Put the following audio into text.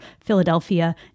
Philadelphia